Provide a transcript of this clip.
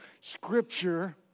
Scripture